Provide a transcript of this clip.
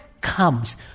comes